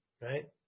right